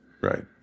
Right